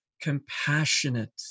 compassionate